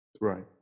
Right